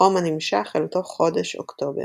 חום הנמשך אל תוך חודש אוקטובר.